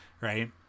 Right